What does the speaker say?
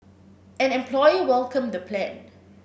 an employer welcomed the plan